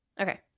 Okay